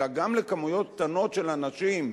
אלא גם לכמויות קטנות של אנשים,